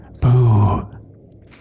Boo